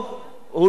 הוא לא המלצה.